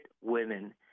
women